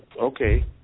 Okay